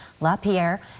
LaPierre